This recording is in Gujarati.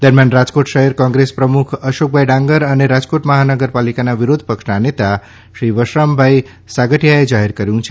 દરમ્યાન રાજકોટ શહેર કોંગ્રેસ પ્રમુખ અશોકભાઈ ડાંગર અને રાજકોટ મહાનગરપાલિકાના વિરોધપક્ષના નેતા શ્રી વશરામભાઈ સાગઠીયાએ જાહેર કર્યું છે